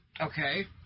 Okay